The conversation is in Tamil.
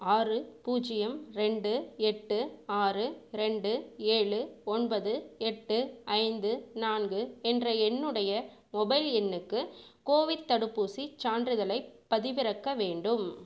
ஆறு பூஜ்ஜியம் ரெண்டு எட்டு ஆறு ரெண்டு ஏழு ஒன்பது எட்டு ஐந்து நான்கு என்ற என்னுடைய மொபைல் எண்ணுக்கு கோவிட் தடுப்பூசி சான்றிதழை பதிவிறக்க வேண்டும்